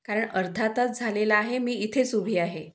कारण अर्धा तास झालेला आहे मी इथेच उभी आहे